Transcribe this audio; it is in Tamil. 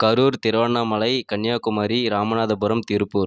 கரூர் திருவண்ணாமலை கன்னியாகுமரி ராமநாதபுரம் திருப்பூர்